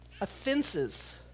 offenses